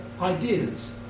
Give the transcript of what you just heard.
ideas